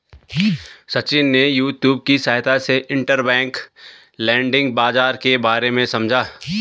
सचिन ने यूट्यूब की सहायता से इंटरबैंक लैंडिंग बाजार के बारे में समझा